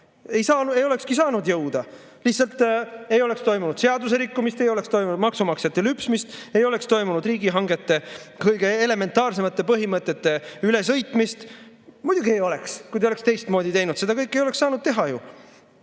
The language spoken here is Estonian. Ei olekski saanud jõuda, aga lihtsalt ei oleks toimunud seaduse rikkumist, ei oleks toimunud maksumaksjate lüpsmist, ei oleks toimunud riigihangete kõige elementaarsematest põhimõtetest ülesõitmist. Muidugi ei oleks, kui te oleks teistmoodi teinud. Seda kõike ei oleks ju saanud teha.